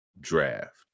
draft